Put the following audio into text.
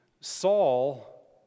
Saul